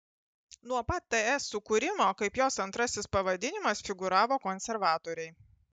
nuo pat ts sukūrimo kaip jos antrasis pavadinimas figūravo konservatoriai